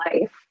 life